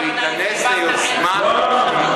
אבל אתם